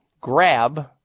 Grab